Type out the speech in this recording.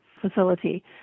facility